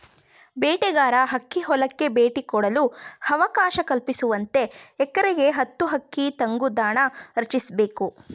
ಬೇಟೆಗಾರ ಹಕ್ಕಿ ಹೊಲಕ್ಕೆ ಭೇಟಿ ಕೊಡಲು ಅವಕಾಶ ಕಲ್ಪಿಸುವಂತೆ ಎಕರೆಗೆ ಹತ್ತು ಹಕ್ಕಿ ತಂಗುದಾಣ ರಚಿಸ್ಬೇಕು